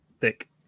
thick